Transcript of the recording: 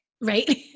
right